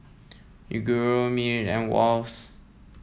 Yoguru Mili and Wall's